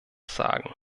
sagen